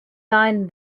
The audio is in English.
line